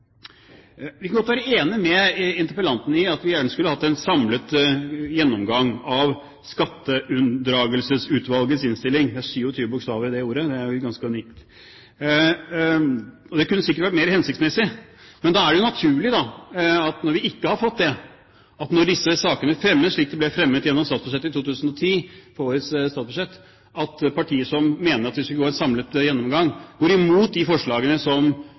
Vi kan godt være enig med interpellanten i at vi gjerne skulle hatt en samlet gjennomgang av Skatteunndragelsesutvalgets innstilling – det er 27 bokstaver i det ordet, det er ganske unikt – og det kunne sikkert vært mer hensiktsmessig. Men det er jo naturlig – når vi ikke har fått det – at når disse sakene fremmes, slik de ble fremmet gjennom statsbudsjettet i 2010, i årets statsbudsjett, at partier som mener at vi skulle hatt en samlet gjennomgang, går imot de forslagene som